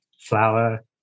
flour